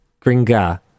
gringa